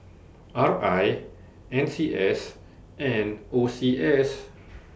R I N C S and O C S